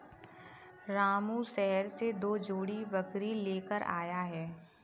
रामू शहर से दो जोड़ी बकरी लेकर आया है